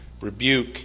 rebuke